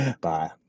Bye